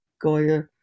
Goya